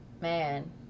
man